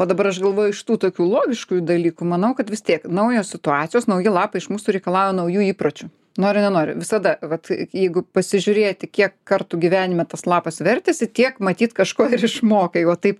o dabar aš galvoju iš tų tokių logiškųjų dalykų manau kad vis tiek naujos situacijos nauji lapai iš mūsų reikalauja naujų įpročių nori nenori visada vat jeigu pasižiūrėti kiek kartų gyvenime tas lapas vertėsi tiek matyt kažko ir išmokai vat taip